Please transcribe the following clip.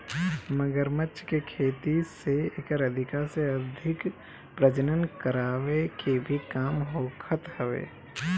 मगरमच्छ के खेती से एकर अधिका से अधिक प्रजनन करवाए के भी काम होखत हवे